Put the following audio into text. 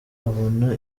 abona